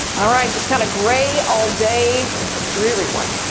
ah right just kind of gray all day just a dreary one.